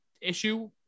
issue